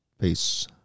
Peace